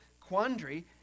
quandary